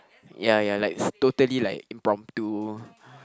ya ya like totally like impromptu